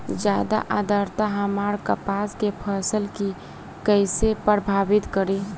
ज्यादा आद्रता हमार कपास के फसल कि कइसे प्रभावित करी?